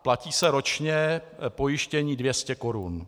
Platí se ročně pojištění 200 korun.